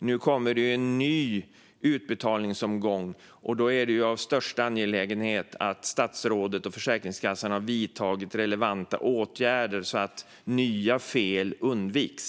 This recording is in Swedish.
Nu kommer det en ny utbetalningsomgång, och då är det av största angelägenhet att statsrådet och Försäkringskassan har vidtagit relevanta åtgärder, så att nya fel undviks.